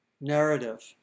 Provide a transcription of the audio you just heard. narrative